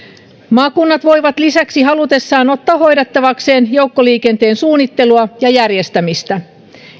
maakunnat voivat lisäksi halutessaan ottaa hoidettavakseen joukkoliikenteen suunnittelua ja järjestämistä